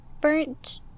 burnt